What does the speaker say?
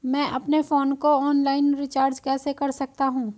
मैं अपने फोन को ऑनलाइन रीचार्ज कैसे कर सकता हूं?